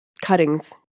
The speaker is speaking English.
cuttings